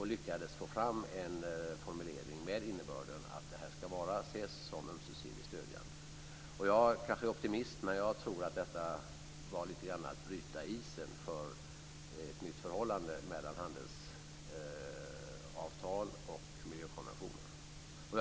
Vi lyckades få fram en formulering med innebörden att det här ska ses som ömsesidigt stödjande. Jag är kanske optimist, men jag tror att detta var att bryta isen för ett nytt förhållande mellan handelsavtal och miljökonventioner.